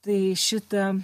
tai šitą